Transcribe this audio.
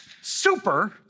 super